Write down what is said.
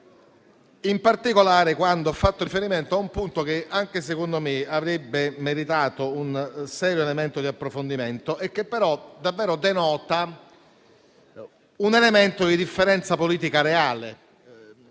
in particolare, a quando ha fatto riferimento a un punto che, anche secondo me, avrebbe meritato un serio approfondimento e che davvero denota un elemento di differenza politica reale,